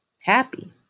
happy